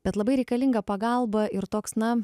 bet labai reikalinga pagalba ir toks na